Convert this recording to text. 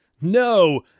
no